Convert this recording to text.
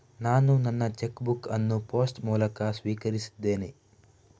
ನಾನು ನನ್ನ cheque book ಅನ್ನು ಪೋಸ್ಟ್ ಮೂಲಕ ಸ್ವೀಕರಿಸಿದ್ದೇನೆ